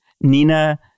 Nina